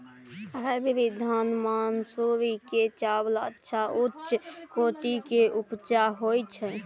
Hybrid धान मानसुरी के चावल अच्छा उच्च कोटि के उपजा होय छै?